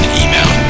email